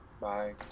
bye